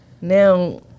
Now